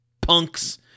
punks